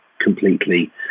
completely